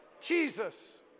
Jesus